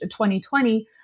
2020